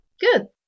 good